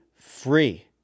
Free